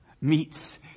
meets